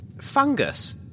fungus